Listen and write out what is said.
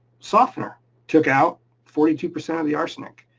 softener took out forty two percent of the arsenic.